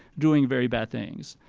doing very bad things.